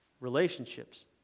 Relationships